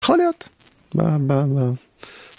יכול להיות